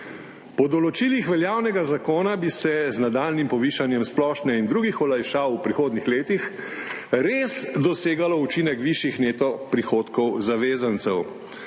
Po določilih veljavnega zakona bi se z nadaljnjim povišanjem splošne in drugih olajšav v prihodnjih letih res dosegalo učinek višjih neto prihodkov zavezancev,